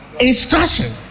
Instruction